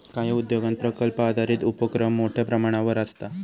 काही उद्योगांत प्रकल्प आधारित उपोक्रम मोठ्यो प्रमाणावर आसता